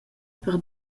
per